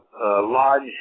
lodge